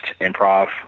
improv